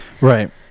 Right